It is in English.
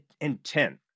intent